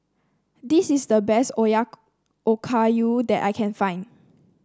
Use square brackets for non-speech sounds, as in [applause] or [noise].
this is the best [unintelligible] Okayu that I can find